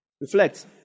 Reflect